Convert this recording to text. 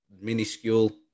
minuscule